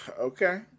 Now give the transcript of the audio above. Okay